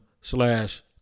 slash